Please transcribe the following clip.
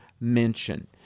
mention